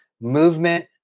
movement